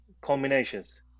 combinations